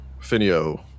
Finio